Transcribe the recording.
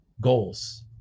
goals